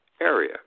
area